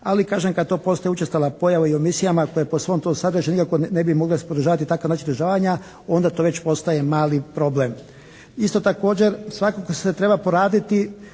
ali kažem kad to postaje učestala pojava i u emisijama koje po svom to sadržaju nikako ne bi mogle podržavati takav način izražavanja onda to već postaje mali problem. Isto također svakako se treba poraditi